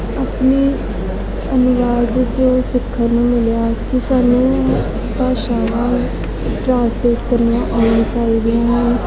ਆਪਣੇ ਅਨੁਵਾਦ ਤੋਂ ਸਿੱਖਣ ਨੂੰ ਮਿਲਿਆ ਕਿ ਸਾਨੂੰ ਭਾਸ਼ਾਵਾਂ ਟਰਾਂਸਲੇਟ ਕਰਨੀਆਂ ਆਉਣੀਆਂ ਚਾਹੀਦੀਆਂ ਹਨ